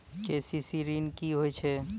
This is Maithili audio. के.सी.सी ॠन की होय छै?